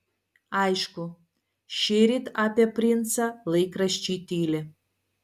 aišku šįryt apie princą laikraščiai tyli